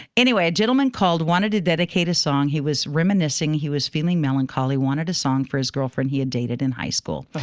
anyway, a gentleman called wanted to dedicate a song. he was reminiscing. he was feeling melancholy, wanted a song for his girlfriend he had dated in high school. but